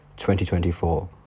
2024